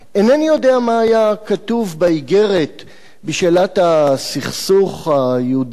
אינני יודע מה היה כתוב באיגרת בשאלת הסכסוך היהודי.